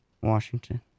Washington